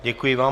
Děkuji vám.